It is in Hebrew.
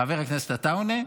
כולם ערבים.